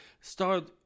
start